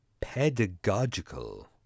Pedagogical